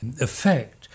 effect